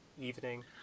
evening